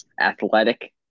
athletic